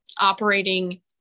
operating